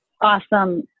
awesome